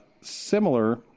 similar